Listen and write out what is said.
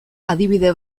adibide